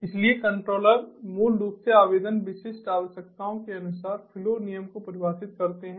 इसलिए कंट्रोलर मूल रूप से आवेदन विशिष्ट आवश्यकताओं के अनुसार फ्लो नियम को परिभाषित करते हैं